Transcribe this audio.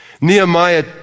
Nehemiah